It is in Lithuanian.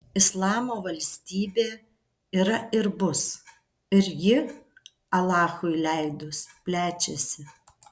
islamo valstybė yra ir bus ir ji alachui leidus plečiasi